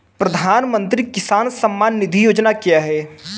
प्रधानमंत्री किसान सम्मान निधि योजना क्या है?